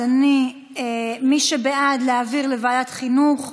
אז מי שבעד להעביר לוועדת החינוך,